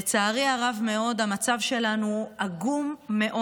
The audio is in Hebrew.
לצערי הרב מאוד, המצב שלנו עגום מאוד.